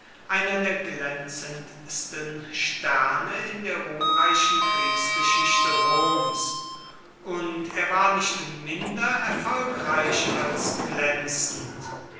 einer der glänzendsten sterne in der ruhmreichen kriegsgeschichte roms und er war nicht minder erfolgreich als glänzend